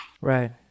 Right